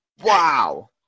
Wow